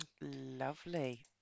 Lovely